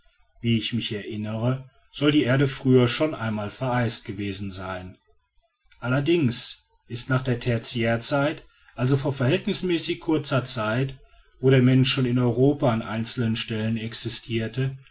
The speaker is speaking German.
wie ich mich erinnere soll die erde früher schon einmal vereist gewesen sein allerdings ist nach der tertiärzeit also vor verhältnismäßig kurzer zeit wo der mensch schon in europa an einzelnen stellen existierte